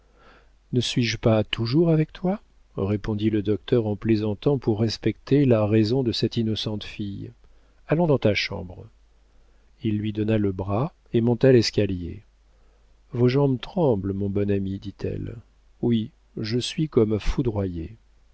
ne suis-je pas toujours avec toi répondit le docteur en plaisantant pour respecter la raison de cette innocente fille allons dans ta chambre il lui donna le bras et monta l'escalier vos jambes tremblent mon bon ami dit-elle oui je suis comme foudroyé